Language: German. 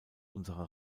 unsere